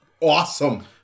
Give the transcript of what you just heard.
awesome